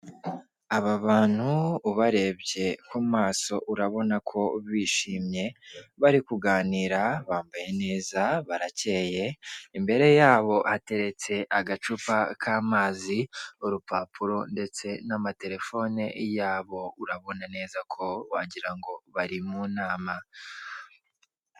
Aba bantu ubarebye ku maso urabona ko bishimye, bari kuganira bambaye neza baracyeye. Imbere yabo hateretse agacupa k'amazi, urupapuro ndetse n'amaterefone yabo urabona neza ko wagira ngo bari mu nama.